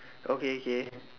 okay K